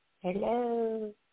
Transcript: Hello